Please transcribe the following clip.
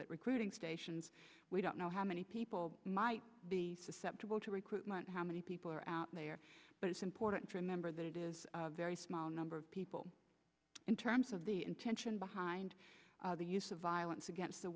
at recruiting stations we don't know how many people might be susceptible to recruitment how many people are out there but it's important to remember that it is a very small number of people in terms of the intention behind the use of violence against the